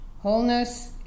Wholeness